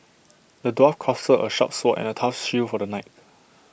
the dwarf crafted A sharp sword and A tough shield for the knight